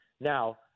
Now